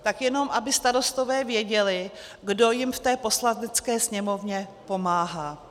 Tak jenom aby starostové věděli, kdo jim v té Poslanecké sněmovně pomáhá.